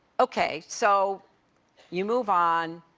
okay, so you move on,